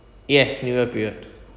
yes new year period